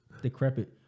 decrepit